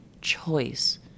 choice